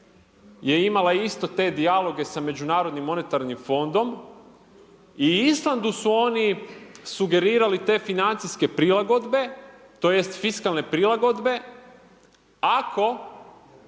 je imala isto te dijaloge sa Međunarodnim monetarnim fondom i Islandu su oni sugerirali te financijske prilagodbe to jest fiskalne prilagodbe ako